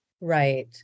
Right